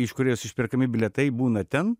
iš kurios išperkami bilietai būna ten